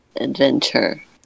Adventure